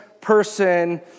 person